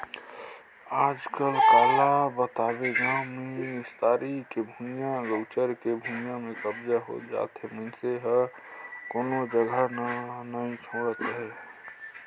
आजकल काला बताबे गाँव मे निस्तारी के भुइयां, गउचर के भुइयां में कब्जा होत जाथे मइनसे मन ह कोनो जघा न नइ छोड़त हे